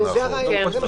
זה הרעיון.